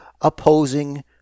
opposing